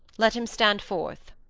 let him stand forth.